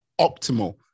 optimal